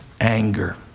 anger